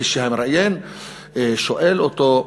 כשהמראיין שואל אותו: